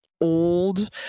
old